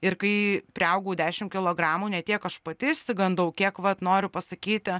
ir kai priaugau dešim kilogramų ne tiek aš pati išsigandau kiek vat noriu pasakyti